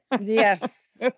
Yes